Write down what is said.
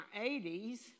80s